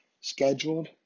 scheduled